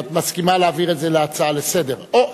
את מסכימה להעביר את זה להצעה לסדר-היום?